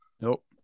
Nope